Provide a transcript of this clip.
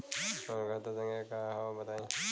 हमार खाता संख्या का हव बताई?